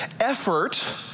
effort